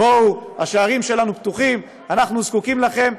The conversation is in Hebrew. בואו, השערים שלנו פתוחים, אנחנו זקוקים לכם.